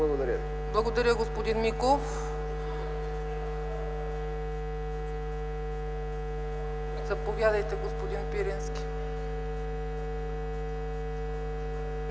ЦАЧЕВА: Благодаря, господин Миков. Заповядайте, господин Пирински.